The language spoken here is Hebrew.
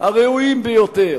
הראויים ביותר,